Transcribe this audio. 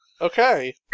Okay